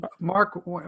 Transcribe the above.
Mark